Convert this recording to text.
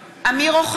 (קוראת בשמות חברי הכנסת) אמיר אוחנה,